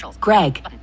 Greg